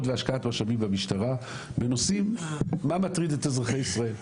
והשקעת משאבים במשטרה בנושאים מה מטריד את אזרחי ישראל,